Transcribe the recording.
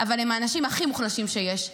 אבל הם האנשים הכי מוחלשים שיש.